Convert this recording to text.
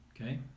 Okay